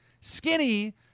Skinny